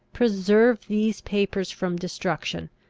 preserve these papers from destruction,